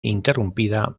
interrumpida